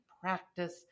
practice